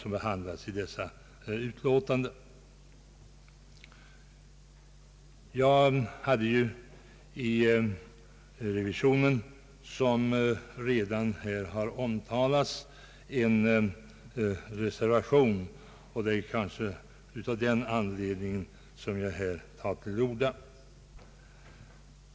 Vid behandlingen av detta ärende i revisionen avgav jag, såsom redan har nämnts, en reservation, och det är den närmaste anledningen till att jag tar till orda.